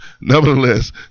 Nevertheless